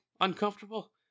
uncomfortable